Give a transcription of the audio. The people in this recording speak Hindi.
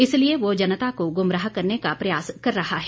इसलिए वह जनता को गुमराह करने का प्रयास कर रहा है